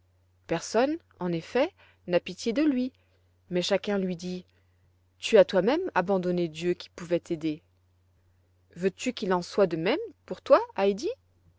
personne en effet n'a pitié de lui mais chacun lui dit tu as toi-même abandonné dieu qui pouvait t'aider veux-tu qu'il en soit de même pour toi heidi